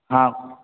हां